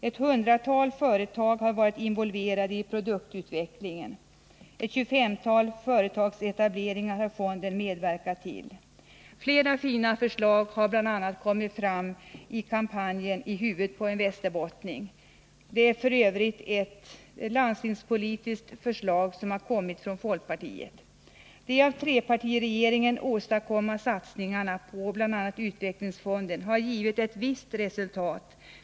Ett hundratal företag har varit involverade i produktutvecklingen. Ett tjugofemtal företagsetableringar har fonden medverkat till. Flera fina förslag har bl.a. kommit fram via kampanjen I huvudet på en västerbottning, som f. ö. är ett landstingspolitiskt förslag från folkpartiet. De av trepartiregeringen åstadkomna satsningarna på bl.a. utvecklingsfonden har givit ett visst resultat.